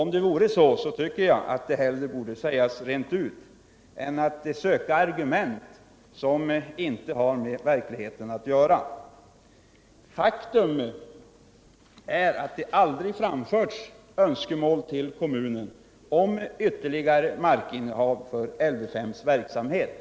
Om det varit så tycker jag att man borde ha sagt det rent ut i stället för att söka argument som inte har med verkligheten att göra. Faktum är att det till kommunen aldrig framförts några önskemål om ytterligare mark för Lv 5:s verksamhet.